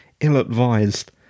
ill-advised